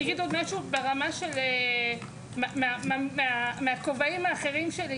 אני אגיד עוד משהו ברמה של מהכובעים האחרים שלי,